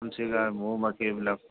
মৌ মাখি এইবিলাক